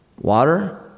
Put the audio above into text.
water